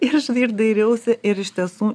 ir dairiausi ir iš tiesų